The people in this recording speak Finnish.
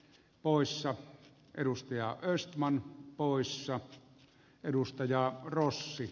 poissa edustaja östman poissa edustaja rossi